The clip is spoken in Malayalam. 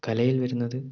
കലയിൽ വരുന്നത്